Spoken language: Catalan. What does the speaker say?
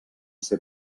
ser